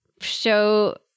show